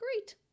Great